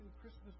Christmas